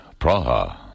Praha